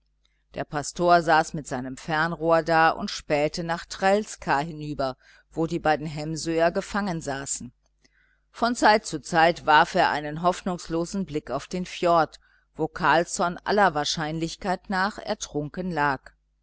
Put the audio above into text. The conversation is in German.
der pastor saß mit seinem fernrohr da und spähte nach trälskär hinüber wo die beiden hemsöer gefangen saßen von zeit zu zeit warf er einen hoffnungslosen blick auf den fjord wo carlsson aller wahrscheinlichkeit nach ertrunken lag